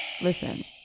listen